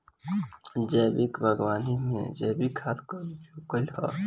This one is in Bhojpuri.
जैविक बागवानी में जैविक खाद कअ उपयोग कइल जाला